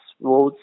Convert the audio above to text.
roads